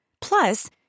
Plus